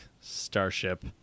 starship